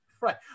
Right